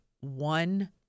one